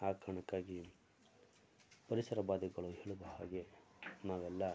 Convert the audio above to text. ಆ ಕಾರಣಕ್ಕಾಗಿ ಪರಿಸರವಾದಿಗಳು ಹೇಳಿದ ಹಾಗೆ ನಾವೆಲ್ಲ